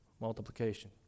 Multiplication